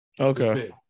Okay